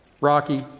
Rocky